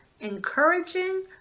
encouraging